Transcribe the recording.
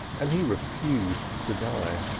and he refused to die.